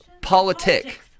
Politic